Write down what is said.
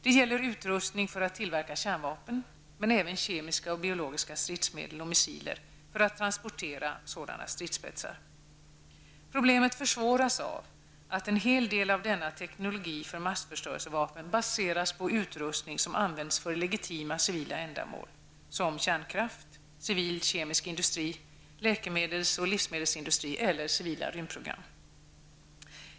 Det gäller utrustning för att tillverka kärnvapen, men även kemiska och biologiska stridsmedel och missiler för att transportera sådana stridsspetsar. Problemet försvåras av att en hel del av denna teknik för massförstörelsevapen baseras på utrustning som används för legitima civila ändamål som kärnkraft, civil kemisk industri, läkemedelsoch livsmedelsindustri eller civila rymdprogram.